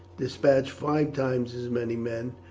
despatch five times as many men.